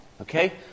okay